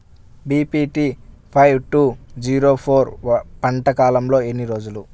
BPT five two zero four పంట కాలంలో ఎన్ని రోజులు?